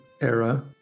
era